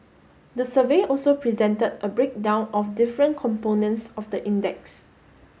the survey also presented a breakdown of different components of the index